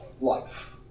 life